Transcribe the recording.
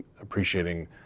appreciating